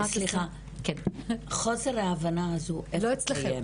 סליחה, חוסר ההבנה הזו איפה היא קיימת?